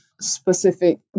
specific